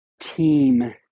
team